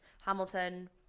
Hamilton